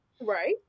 Right